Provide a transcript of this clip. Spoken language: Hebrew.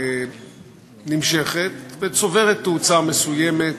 נמשכת וצוברת תאוצה מסוימת